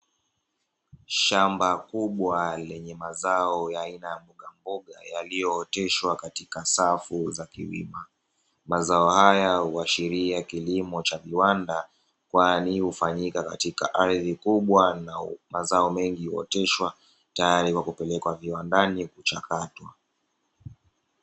Shamba kubwa lenye mazao ya aina ya mbogamboga, yaliyooteshwa katika safu za kilima. Mazao haya huashiria kilimo cha viwanda, kwani hufanyika katika ardhi kubwa na mazao mengi huoteshwa tayari kwa kupelekwa viwandani kuchakata.